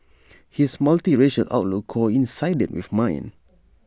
his multiracial outlook coincided with mine